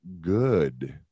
good